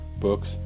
books